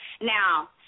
Now